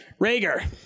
Rager